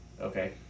Okay